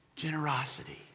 generosity